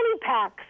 packs